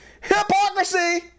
hypocrisy